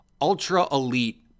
ultra-elite